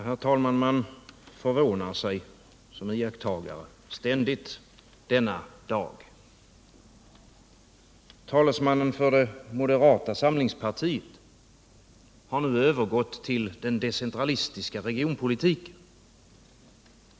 Herr talman! Man blir ständigt förvånad som lyssnare under denna debatt. Talesmannen för moderata samlingspartiet har nu övergått till den decentralistiska regionpolitiken.